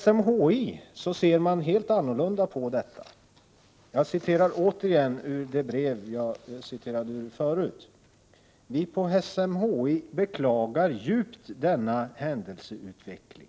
SMHI ser helt annorlunda på detta. Jag skall läsa upp en del ur samma brev som jag läste ur tidigare i debatten. ”Vi på SMHI beklagar djupt denna händelseutveckling.